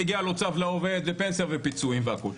מגיע לו צו לעובד ופנסיה ופיצויים והכל.